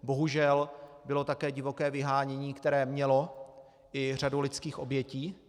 Bohužel bylo také divoké vyhánění, které mělo i řadu lidských obětí.